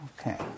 Okay